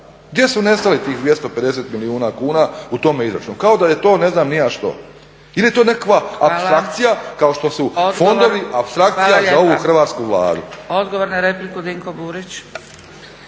Gdje su nestali tih 250 milijuna kuna u tome izračunu kao da je to ne znam ni ja što? Ili je to nekakva apstrakcija kao što su fondovi apstrakcija za ovu hrvatsku Vladu?